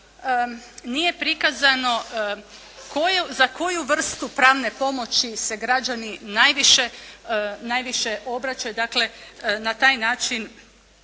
nije prikazano za koju vrstu pravne pomoći se građani najviše obraćaju, dakle na taj način